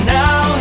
now